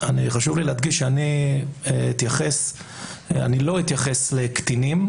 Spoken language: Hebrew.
חשוב לי להדגיש שאני לא אתייחס לקטינים,